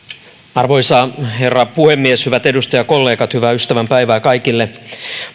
arvoisa herra puhemies hyvät edustajakollegat hyvää ystävänpäivää kaikille